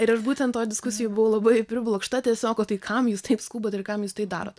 ir aš būtent toj diskusijoj buvau labai priblokšta tiesiog o tai kam jūs taip skubate ir kam jūs tai darot